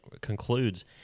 concludes